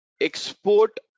Export